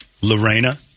Lorena